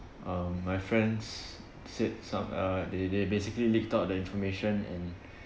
um my friends said some uh they they basically leaked out the information and